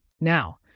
Now